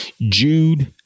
Jude